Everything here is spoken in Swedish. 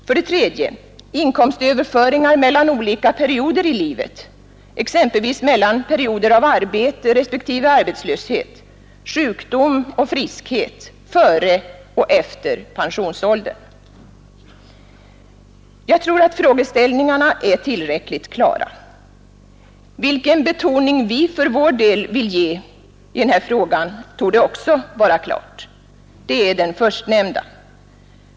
För det tredje: Inkomstöverföringar mellan olika perioder i livet — exempelvis mellan perioder av arbete respektive arbetslöshet, sjukdom och friskhet, före och efter pensionsåldern. Jag tror att frågeställningarna är tillräckligt klara. Vilken betoning vi för vår del vill ge frågan torde också vara klart; det är den förstnämnda.